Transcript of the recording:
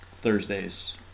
Thursdays